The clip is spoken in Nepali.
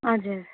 हजुर